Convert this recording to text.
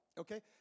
Okay